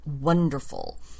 wonderful